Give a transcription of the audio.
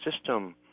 system